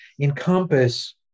encompass